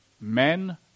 men